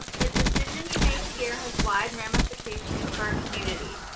the decision you make here has wide ramifications for our community.